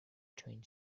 train